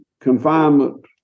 confinement